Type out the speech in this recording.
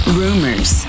rumors